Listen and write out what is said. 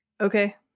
okay